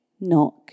knock